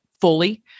fully